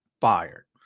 fired